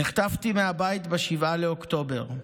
נחטפתי מהבית ב-7 באוקטובר.